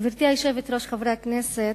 גברתי היושבת-ראש, חברי הכנסת,